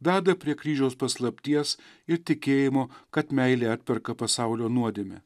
veda prie kryžiaus paslapties ir tikėjimo kad meilė atperka pasaulio nuodėmę